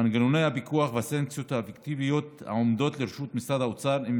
מנגנוני הפיקוח והסנקציות האפקטיביות העומדות לרשות משרד האוצר הן